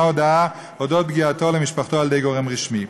הודעה על פגיעתו למשפחתו על-ידי גורם רשמי.